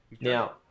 Now